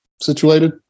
situated